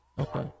Okay